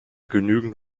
genügend